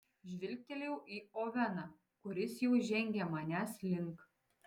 žvilgtelėjau į oveną kuris jau žengė manęs link